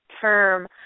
term